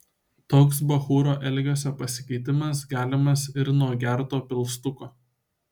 toks bachūro elgesio pasikeitimas galimas ir nuo gerto pilstuko